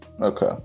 okay